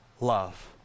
love